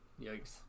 Yikes